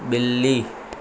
बि॒ली